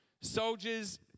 soldiers